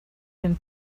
him